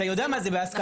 אתה יודע מה זה בהסכמה.